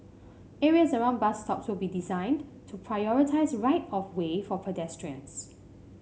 areas around bus stops will be designated to prioritise right of way for pedestrians